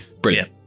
Brilliant